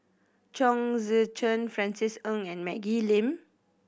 Chong Tze Chien Francis Ng and Maggie Lim